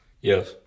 Yes